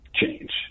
change